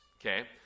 Okay